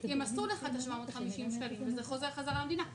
אז ימסו לך את 750 השקלים וזה חוזר חזרה למדינה.